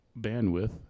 bandwidth